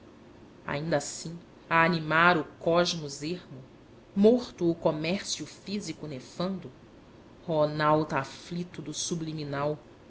ainda assim a animar o cosmos ermo morto o comércio físico nefando oh nauta aflito do subliminal